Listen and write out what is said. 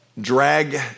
drag